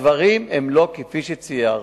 הדברים הם לא כפי שציירת.